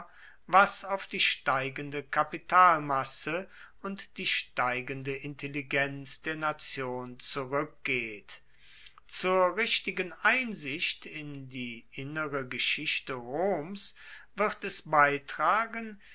was auf die steigende kapitalmasse und die steigende intelligenz der nation zurueckgeht zur richtigen einsicht in die innere geschichte roms wird es beitragen